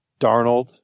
Darnold